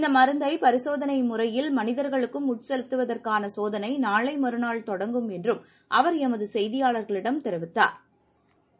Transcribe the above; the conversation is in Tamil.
இந்த மருந்தை பரிசோதனை முறையில் மனிதர்களுக்கும் உட்செலுத்துவற்கான சோதனை நாளை மறுநாள் தொடங்கும் என்றும் அவர் எமது செய்தியாளரிடம் தெரிவித்தாா்